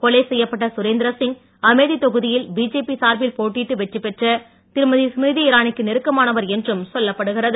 கொலை செய்யப்பட்ட சுரேந்திர சிங் அமேதி தொகுதியில் பிஜேபி சார்பில் போட்டியிட்டு வெற்றி பெற்ற திருமதி ஸ்மிருதி இரானிக்கு நெருக்கமானவர் என்றும் சொல்லப்படுகிறது